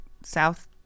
south